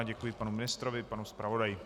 Děkuji panu ministrovi i panu zpravodaji.